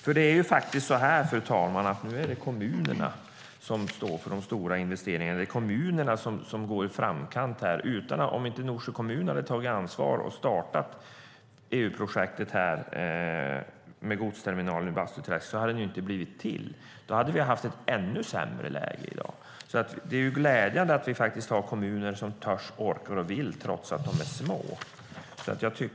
Fru talman! Nu är det kommunerna som står för de stora investeringarna, och det är kommunerna som befinner sig i framkant. Om inte Norsjö kommun hade tagit ansvar och startat EU-projektet med godsterminalen i Bastuträsk hade den inte byggts. Då hade vi haft ett ännu sämre läge i dag. Det är glädjande att det finns kommuner som törs, orkar och vill trots att de är små.